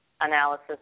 analysis